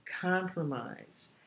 compromise